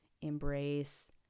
embrace